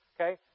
Okay